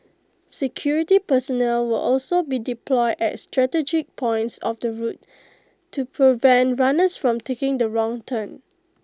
security personnel will also be deployed at strategic points of the route to prevent runners from taking the wrong turn